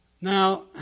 Now